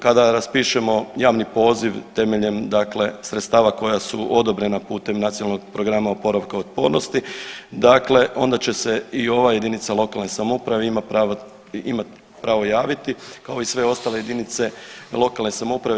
Kada raspišemo javni poziv temeljem dakle sredstava koja su odobrena putem Nacionalnog programa oporavka i otpornosti dakle onda će se i ova jedinica lokalne samouprave ima prava, imat pravo javiti kao i sve ostale jedinice lokalne samouprave.